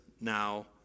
now